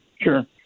sure